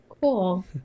Cool